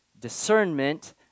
discernment